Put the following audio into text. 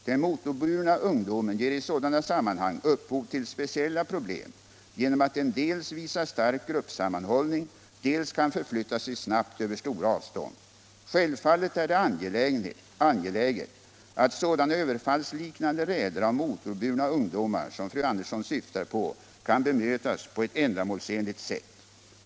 Den motorburna ungdomen ger i sådana sammanhang upphov till speciella problem genom att den dels visar stark gruppsammanhållning, dels kan förflytta sig snabbt över stora avstånd. Självfallet är det angeläget att sådana överfallsliknande räder av motorburna ungdomar, som fru Andersson syftar på, kan bemötas på ett ändamålsenligt sätt.